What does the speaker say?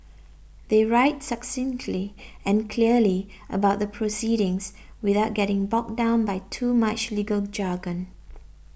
they write succinctly and clearly about the proceedings without getting bogged down by too much legal jargon